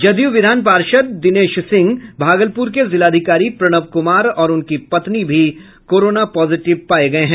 जदयू विधान पार्षद दिनेश सिंह भागलपुर के जिलाधिकारी प्रणव कुमार और उनकी पत्नी कोरोना पॉजिटिव पाये गये हैं